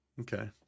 okay